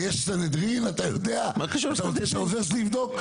אתה רוצה שהעוזר שלי יבדוק?